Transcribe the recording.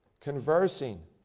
conversing